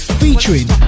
featuring